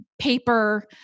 paper